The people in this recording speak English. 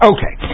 Okay